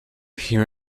hear